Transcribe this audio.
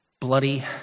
bloody